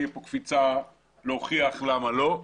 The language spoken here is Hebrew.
מי תהיה כאן קפיצה להוכיח למה לא.